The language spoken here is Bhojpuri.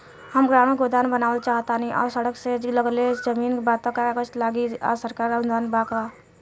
हम ग्रामीण गोदाम बनावल चाहतानी और सड़क से लगले जमीन बा त का कागज लागी आ सरकारी अनुदान बा का?